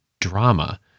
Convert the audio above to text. drama